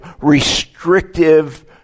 restrictive